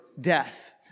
death